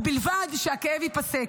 ובלבד שהכאב יפסק.